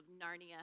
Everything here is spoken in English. Narnia